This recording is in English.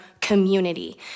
community